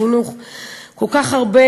כל כך הרבה